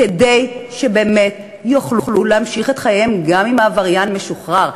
כדי שהם באמת יוכלו להמשיך את חייהם גם אם העבריין משוחרר,